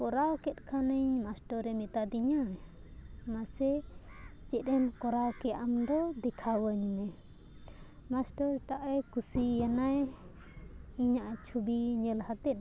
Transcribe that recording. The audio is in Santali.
ᱠᱚᱨᱟᱣ ᱠᱮᱫ ᱠᱷᱟᱱᱤᱧ ᱢᱟᱥᱴᱟᱨᱮᱢ ᱢᱮᱛᱟᱫᱤᱧᱟᱹ ᱢᱟ ᱥᱮ ᱪᱮᱫ ᱮᱢ ᱠᱚᱨᱟᱣ ᱠᱮ ᱟᱢ ᱫᱚ ᱫᱮᱠᱷᱟᱣᱟᱹᱧ ᱢᱮ ᱢᱟᱥᱴᱟᱨ ᱴᱟᱜ ᱮ ᱠᱩᱥᱤᱭᱟᱱᱟᱭ ᱤᱧᱟᱹᱜ ᱪᱷᱚᱵᱤ ᱧᱮᱞ ᱦᱟᱛᱮᱫ